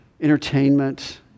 Entertainment